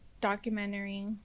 documentary